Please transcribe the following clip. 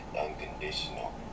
unconditional